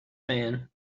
man